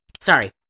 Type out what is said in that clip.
Sorry